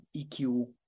eq